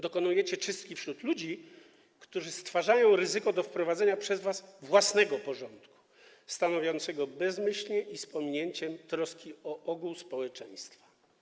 Dokonujecie czystki wśród ludzi, którzy stwarzają ryzyko dla wprowadzanego przez was własnego porządku, stanowionego bezmyślnie i z pominięciem troski o ogół społeczeństwa.